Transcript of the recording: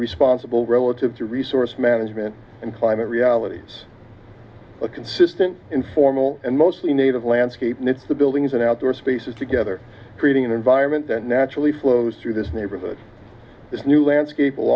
responsible relative to resource management and climate realities a consistent informal and mostly native landscape and if the building is an outdoor spaces together creating an environment that naturally flows through this neighborhood this new landscape will